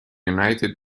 united